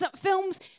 films